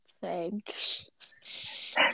Thanks